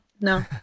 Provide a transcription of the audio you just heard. no